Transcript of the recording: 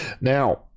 Now